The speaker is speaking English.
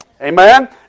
amen